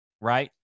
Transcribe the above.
right